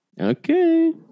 Okay